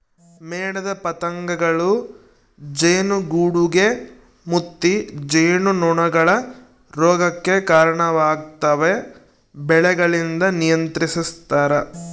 ಮೇಣದ ಪತಂಗಗಳೂ ಜೇನುಗೂಡುಗೆ ಮುತ್ತಿ ಜೇನುನೊಣಗಳ ರೋಗಕ್ಕೆ ಕರಣವಾಗ್ತವೆ ಬೆಳೆಗಳಿಂದ ನಿಯಂತ್ರಿಸ್ತರ